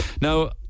Now